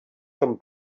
come